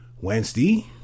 Wednesday